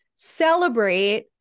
celebrate